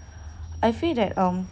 I feel that um